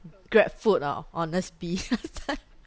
grabfood or honestbee